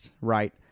right